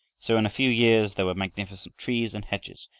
so, in a few years there were magnificent trees and hedges,